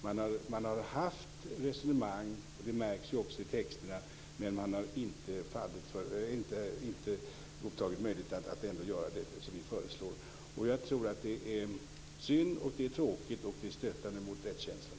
Man har fört resonemang, det märks också i texterna, men man har inte godtagit möjligheten att göra det som vi föreslår. Jag tror att det är synd. Det är tråkigt, och det är stötande mot rättskänslan.